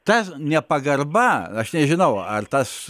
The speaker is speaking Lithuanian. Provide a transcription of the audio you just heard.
tas nepagarba aš nežinau ar tas